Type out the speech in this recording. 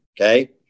Okay